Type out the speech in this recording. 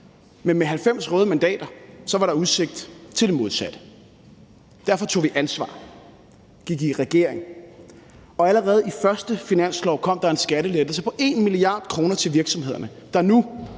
Men med 90 røde mandater var der udsigt til det modsatte. Derfor tog vi ansvar og gik i regering, og allerede i første finanslov kom der en skattelettelse på 1 mia. kr. til virksomhederne, der nu